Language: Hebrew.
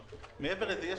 מעבר לזה, יש